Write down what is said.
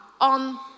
on